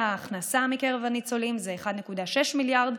ההכנסה מקרב הניצולים זה 1.6 מיליארד,